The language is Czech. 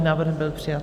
Návrh byl přijat.